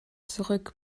zurück